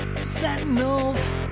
Sentinels